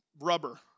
rubber